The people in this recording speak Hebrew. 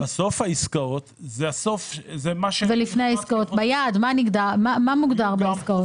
בסוף העסקאות זה מה -- מה מוגדר בעסקאות?